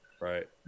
Right